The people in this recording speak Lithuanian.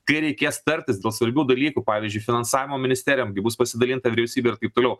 kai reikės tartis dėl svarbių dalykų pavyzdžiui finansavimo ministerijom gi bus pasidalinta vyriausybė ir taip toliau